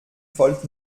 volt